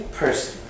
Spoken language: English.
person